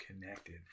connected